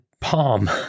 palm